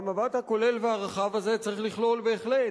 והמבט הכולל והרחב הזה צריך לכלול בהחלט,